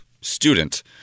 student